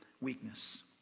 weakness